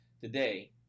today